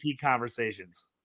conversations